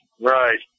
Right